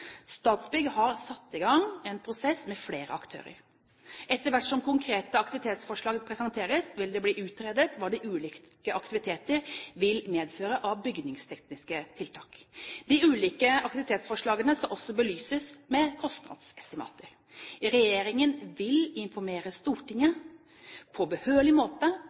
Statsbygg har satt i gang en prosess med flere aktører. Etter hvert som konkrete aktivitetsforslag presenteres, vil det bli utredet hva de ulike aktiviteter vil medføre av bygningstekniske tiltak. De ulike aktivitetsforslagene skal også belyses med kostnadsestimater. Regjeringen vil informere Stortinget på behørig måte